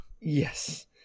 Yes